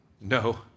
no